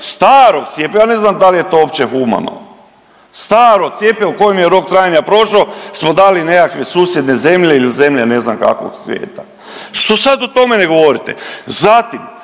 starog cjepiva, ja ne znam da li je to uopće humano, staro cjepivo kojem rok trajanja prošao smo dali u nekakve susjedne zemlje ili zemlje ne znam kakvog svijeta. Što sad o tome ne govorite? Zatim